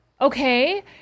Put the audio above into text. okay